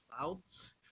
clouds